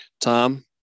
Tom